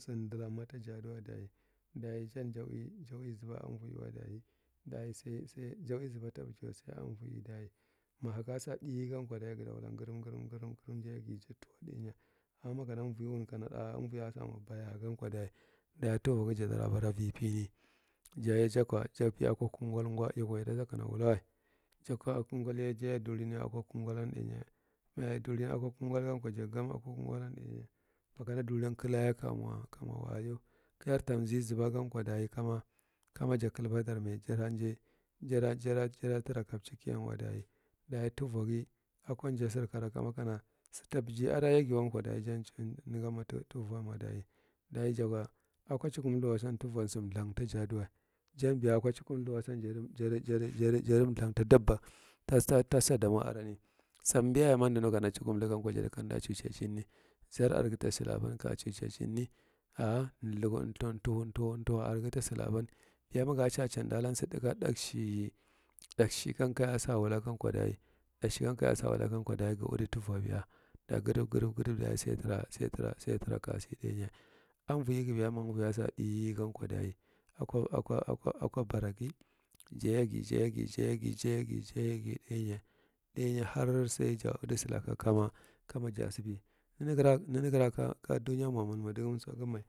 Mɗalammata ia a duwa dayi, dayi jan ja ui zaba anvi wa dayi sai, sai ja uizabata bijiwa sai anvigankwa dayi. Mahakuasa ɗigankwa dayi gadan wulan garam, garam ja yagi ja tuwa ɗaiuya, amma kana umvi wun kana ɗa umviya samwa bayagankwa dayi, a tuvwagi jadara bara vi pini, jakwa ja piyakwa kungalgwa. Yikwa ita sakana wulawa. Jakwa akwa kungalye, jaya dulin akwa kungallanye. Jayadulin akwa kungallan ɗainye. Mwyai dulin akwa kungasankwa, ja gam akwa kungallan dainya. Makana dulin kalaa kanwa kanwa wayo kayar tamzi zabagankwa dayi kama, kama ja kalba darme jada njai, jada dada jada tara kapci kiyanwa dayi. Dayi tuvwagi akwanja sar karaleamakana, sata biji adayagiwankwa dayi jan jad naganma ta tuvwanma dayi. Dayi, dayi jakwa akwa cukumthawabon tuvwa samthang ta ja aduwa. Jambiya akwa cukumthawabon jadam, jadi, jadi, jadi mthang ta dubba tasa tsadmwrani. Sanbiyaye mamdanu kana cukumthagankwa jadi kamda cucucinni. Tshar argi ta salabanka cuce cinni. Thagwan ton ntuhu, ntuhu, ntuhu argi ta zalaban. Dayi magas a can danlan sa taka ɗarkshigan kaya sa wulagan kwa dayi. Daleshigan kayaɗa wulagankwa dayi sa ui tuvwa abiy. Dayi gdab, sadab, gadab dayi sai tara, jai tara, sai tara, sai tara kasi ɗainya. Anvwujigi biya mamvuiyasa ɗiganluwa dayi, akwa, akwa, akwa baragi mth jayesi, jayegi, jayegi, jayegi, jayegi ɗainya har saija udi salaka kama, kama jasi pi ivanagara nanagara ka kadunyanmwa malma dagomso game.